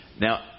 Now